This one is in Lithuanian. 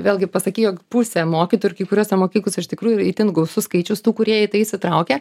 vėlgi pasakei jog pusė mokytojų ir kai kuriose mokyklose iš tikrųjų itin gausus skaičius tų kurie į tai įsitraukia